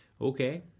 Okay